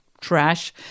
trash